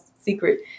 secret